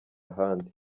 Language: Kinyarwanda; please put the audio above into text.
ahandi